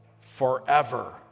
forever